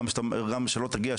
שלא תגיע,